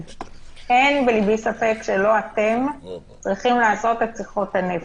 אין לי ספק שלא אתם צריכים לעשות את שיחות הנפש,